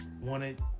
wanted